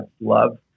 love